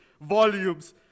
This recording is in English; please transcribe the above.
volumes